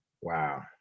Wow